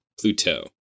Pluto